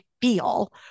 feel